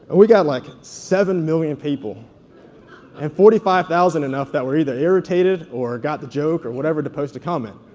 we got like seven million people and forty five thousand enough that were either irritated or got the joke or whatever to post a comment.